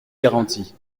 garantie